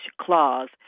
clause